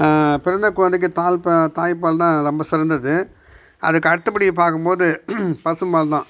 பிறந்த கொழந்தைக்கு தாய்ப்பால் தான் ரொம்ப சிறந்தது அதற்கு அடுத்தப்படி பார்க்கும்போது பசும்பால் தான்